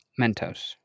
Mentos